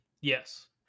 Yes